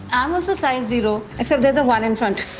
i'm also size zero, except there's a one in front